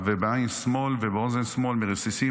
בעין שמאל ובאוזן שמאל מרסיסים.